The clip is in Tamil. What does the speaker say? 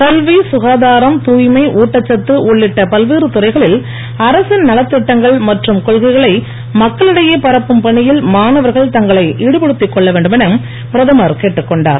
கல்வி ககாதாரம் தூய்மை ஊட்டச்சத்து உள்ளிட்ட பல்வேறு துறைகளில் அரசின் நலத்திட்டங்கள் மற்றும் கொள்கைகளை மக்களிடையே பரப்பும் பணியில் மாணவர்கள் தங்களை ஈடுபடுத்திக் கொள்ளவேண்டும் என பிரதமர் கேட்டுக்கொண்டார்